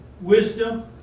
wisdom